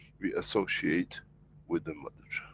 we associate with the mother,